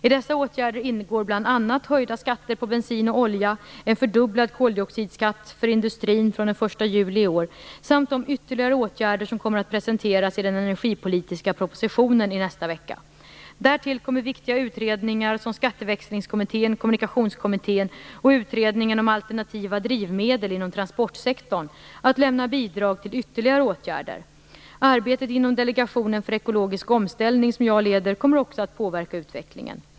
I dessa åtgärder ingår bl.a. höjda skatter på bensin och olja, en fördubblad koldioxidskatt för industrin från den 1 juli i år samt de ytterligare åtgärder som kommer att presenteras i den energipolitiska propositionen i nästa vecka. Därtill kommer viktiga utredningar såsom Skatteväxlingskommittén. Kommunikationskommittén och Utredningen om alternativa drivmedel inom transportsektorn att lämna bidrag till ytterligare åtgärder. Arbetet inom delegationen för ekologisk omställning, som jag leder, kommer också att påverka utvecklingen.